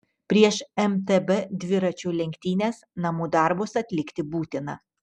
prieš mtb dviračių lenktynes namų darbus atlikti būtina